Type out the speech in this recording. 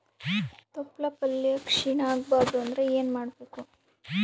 ತೊಪ್ಲಪಲ್ಯ ಕ್ಷೀಣ ಆಗಬಾರದು ಅಂದ್ರ ಏನ ಮಾಡಬೇಕು?